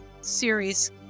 series